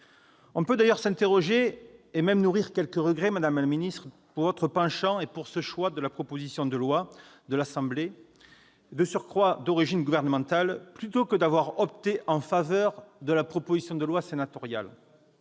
On peut d'ailleurs s'interroger et même nourrir quelques regrets, madame la ministre, pour votre penchant et pour ce choix de la proposition de loi de l'Assemblée nationale, de surcroît d'origine gouvernementale, plutôt que d'avoir opté en faveur de la proposition de loi sénatoriale